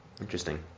Interesting